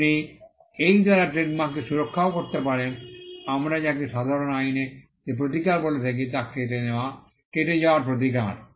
আপনি এই দ্বারা ট্রেডমার্ককে সুরক্ষাও রাখতে পারেন আমরা যাকে সাধারণ আইনে যে প্রতিকার বলে থাকি তা কেটে যাওয়ার প্রতিকার